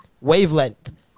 wavelength